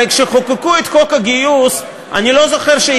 הרי כשחוקקו את חוק הגיוס, אני לא זוכר,